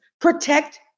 protect